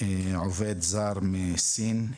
עובד זר מסין,